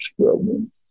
problem